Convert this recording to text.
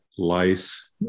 lice